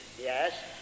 Yes